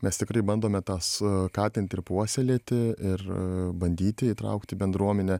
mes tikrai bandome tą skatint ir puoselėti ir bandyti įtraukti bendruomenę